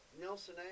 Nelson